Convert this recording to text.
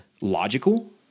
logical